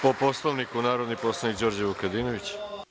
Po Poslovniku, narodni poslanik Đorđe Vukadinović.